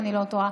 אם אני לא טועה,